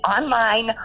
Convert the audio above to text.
online